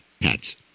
pets